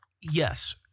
Yes